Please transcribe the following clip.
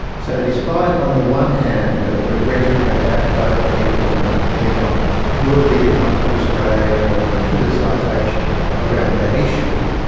so despite on the one hand ah the rhetoric about boat people and they are not worthy to come to australia and the politicisation around that issue,